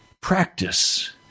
practice